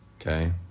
okay